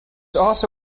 also